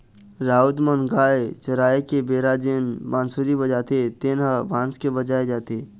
राउत मन गाय चराय के बेरा जेन बांसुरी बजाथे तेन ह बांस के बनाए जाथे